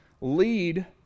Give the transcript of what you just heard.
lead